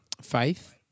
Faith